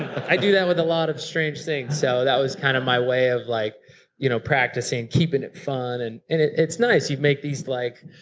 i do that with a lot of strange things. so that was kind of my way of like you know practicing, keeping it fun and and it's nice. you make these like,